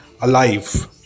alive